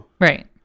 Right